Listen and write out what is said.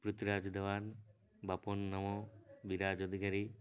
ପୃଥିରାଜ ଦେବାନ ବାପନ ନାମ ବିରାଜ ଅଧିକାରୀ